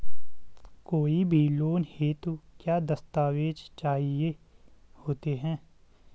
कोई भी लोन हेतु क्या दस्तावेज़ चाहिए होते हैं?